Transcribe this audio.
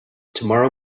tomorrow